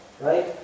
right